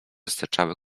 sterczały